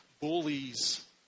Bullies